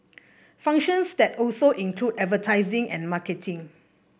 functions that also include advertising and marketing